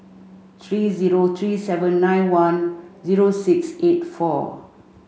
three zero three seven nine one zero six eight four